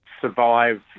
survive